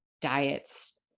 diets